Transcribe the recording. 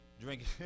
Drinking